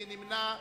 מי נמנע?